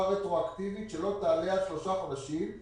רטרואקטיבית שלא תעלה על שלושה חודשים,